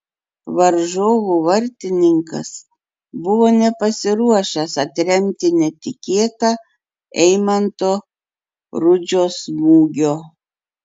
varžovų vartininkas buvo nepasiruošęs atremti netikėtą eimanto rudžio smūgio